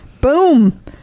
Boom